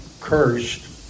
cursed